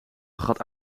vergat